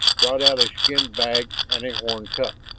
brought out a skin bag and a horn cup.